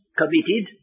committed